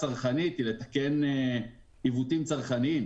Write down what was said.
צרכנית והיא כדי לתקן עיוותים צרכניים,